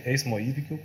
eismo įvykių